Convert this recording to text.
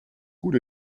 gut